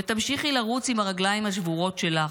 ותמשיכי לרוץ עם הרגליים השבורות שלך,